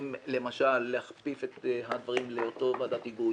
האם למשל להכפיף את הדברים לאותה ועדת היגוי,